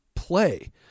play